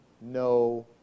no